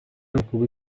پایکوبی